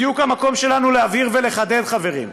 זה בדיוק המקום שלנו להבהיר ולחדד, חברים: